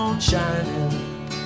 shining